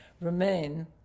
remain